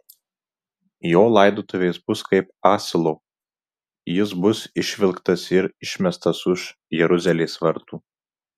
jo laidotuvės bus kaip asilo jis bus išvilktas ir išmestas už jeruzalės vartų